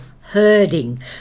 herding